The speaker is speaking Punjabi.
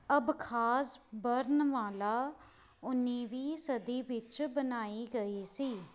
ਅਬਖਾਜ਼ ਵਰਣਮਾਲਾ ਉੱਨੀਵੀਂ ਸਦੀ ਵਿੱਚ ਬਣਾਈ ਗਈ ਸੀ